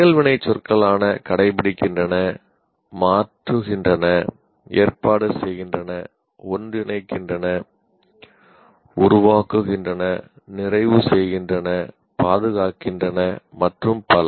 செயல் வினைச் சொற்களான கடைபிடிக்கின்றன மாற்றுகின்றன ஏற்பாடு செய்கின்றன ஒன்றிணைக்கின்றன உருவாக்குகின்றன நிறைவு செய்கின்றன பாதுகாக்கின்றன மற்றும் பல